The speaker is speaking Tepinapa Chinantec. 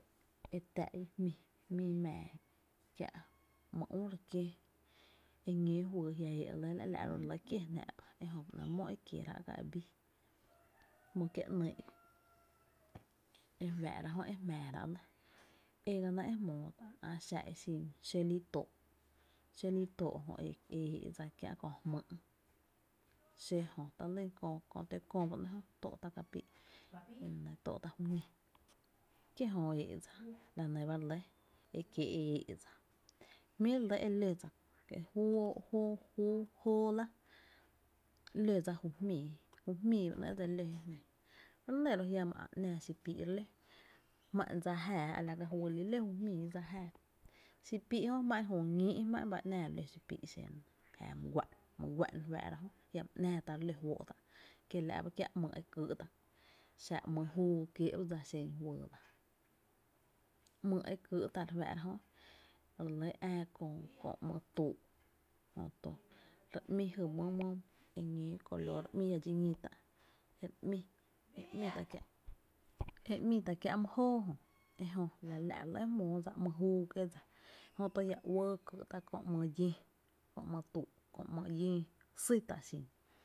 E tⱥⱥ’ ñi jmi mⱥⱥ kiä’ my üü re kiöö eñóo juyy jia’ éé’ ere lɇ la’, la’ ro re lɇ kié jnáá’ ba, ejö ba ‘nɇɇ’ mó e kieráá’ ga e bii, jmý’ kié’ ‘nyy’ e fáá’ra’ jö ejmⱥⱥ rá’ nɇ, e ga naá´’ e jmóo tá’, xa e xin xó li too’, xó litoo’ jö e éé’ dsa kiä’ kö jmýy’, xö jö talý kö kö tǿ kö ba ‘nɇɇ’ jö tóó’ tá’ kapíí’, tóó’ tá’ juñi kiejö éé’ dsa la nɇ ba re lɇ e kiee’ e éé’dsa. Jmí’ re lɇ e ló dsa juóó’ jú juó, jú, jóoó lⱥ, ló dsa ju jmíi, ju jmíi ba ‘nɇe dse li ló je jnⱥⱥ re nɇ ro’ jiama ä’ ‘nⱥⱥ xi píi’ re ló ‘jmá’n dsa jáaá a la ka juy lii’ ló ju jmíi dsa jáaá, xi píí’ jö jmá’n ju ñíí’ ba ‘nⱥⱥ re ló xipíí’ i xen re nɇ jáaá my gu’an, my gu’an re fáá’ra jö, jiama ‘nⱥⱥ re ló tá’ juó’, kiela’ ba kiä’ ‘myy’ e kýý’ tá’ kö’ xa ‘my’ juu kiee’ ba dsa i xen juyy lⱥ, ‘myy’ e kýý’ tá’ re fáá’ra jö e ää e re lɇ köö ‘myy’ e tuu’’ jö tu re ‘my jy mý eñóó color re ‘mí llpa dxi ñí tá’ e re ‘my’ kiä’ e ‘mý tá’ kiä’ my jóo jö ejö e la’ re lɇ jmóo dsa ‘myy’ juu kiee’ dsa jö to e llá uɇɇ ký’ tá’ köö ‘myy’ llöö, köö ‘myy’ tuu’ kö ‘myy’ llöö, sý tá’